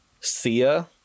Sia